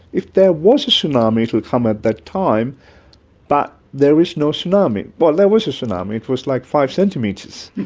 if there was a tsunami it will come at that time but there is no tsunami. but there was a tsunami, it was, like, five centimetres.